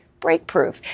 Breakproof